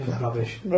Rubbish